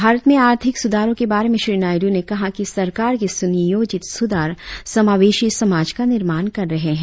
भारत में आर्थिक सुधारों के बारे में श्री नायडू ने कहा कि सरकार के सुनियोजित सुधार समावेशी समाज का निर्माण कर रहे है